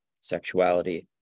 sexuality